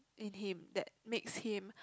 in him that makes him